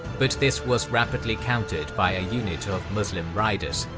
but this was rapidly countered by a unit of muslim riders.